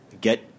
get